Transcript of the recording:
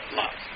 love